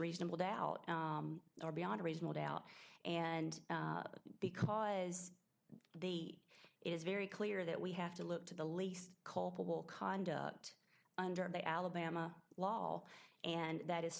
reasonable doubt or beyond reasonable doubt and because the it is very clear that we have to look to the least culpable conduct under the alabama law and that is